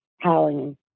howling